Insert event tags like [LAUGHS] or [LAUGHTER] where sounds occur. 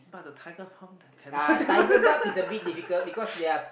but the tiger farm cannot [LAUGHS] develop [LAUGHS]